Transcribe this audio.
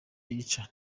yica